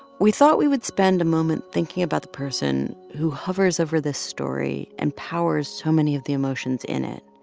we thought we would spend a moment thinking about the person who hovers over this story and powers so many of the emotions in it,